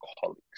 colleagues